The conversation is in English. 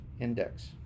index